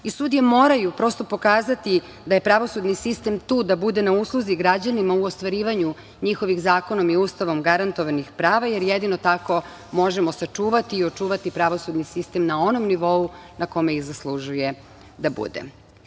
moraju pokazati da je pravosudni sistem tu da bude na usluzi građanima u ostvarivanju njihovih zakonom i Ustavom garantovanih prava, jer jedino tako možemo sačuvati i očuvati pravosudni sistem na onom nivou na kome i zaslužuje da bude. Na